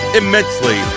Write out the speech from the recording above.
immensely